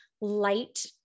light